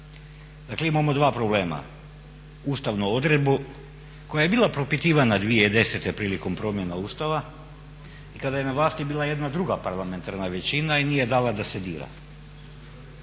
Dakle imamo dva problema ustavnu odredbu koja je bila propitivana 2010. prilikom promjena Ustava kada je na vlasti bila jedna druga parlamentarna većina i nije dala da se dira.